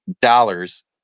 dollars